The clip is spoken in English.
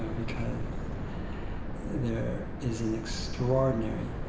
and because there is an extraordinary,